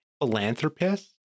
philanthropist